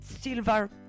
silver